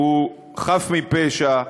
שהוא חף מפשע,